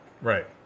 right